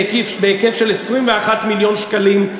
בהיקף של 21 מיליון שקלים.